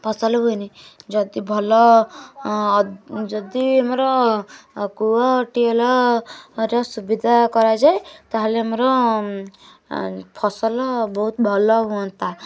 ଫସଲ ହୁଏନି ଯଦି ଭଲ ଯଦି ଆମର କୂଅ ଟ୍ୟୁବ୍ୱେଲର ସୁବିଧା କରାଯାଏ ତାହେଲେ ଆମର ଫସଲ ବହୁତ ଭଲ ହୁଅନ୍ତା